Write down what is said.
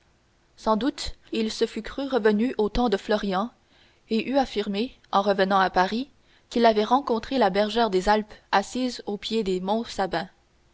sans doute il se fût cru revenu au temps de florian et eût affirmé en revenant à paris qu'il avait rencontré la bergère des alpes assise au pied des monts sabins